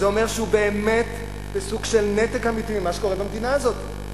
זה אומר שהוא באמת בסוג של נתק אמיתי ממה שקורה במדינה הזאת.